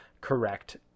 correct